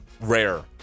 rare